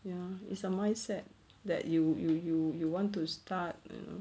mm it's a mindset that you you you you want to start you know